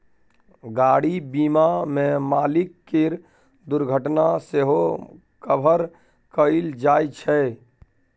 गाड़ी बीमा मे मालिक केर दुर्घटना सेहो कभर कएल जाइ छै